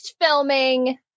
filming